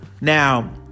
Now